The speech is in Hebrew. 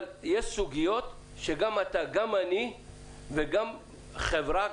אבל יש סוגיות שגם אתה וגם אני וגם החברה